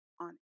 on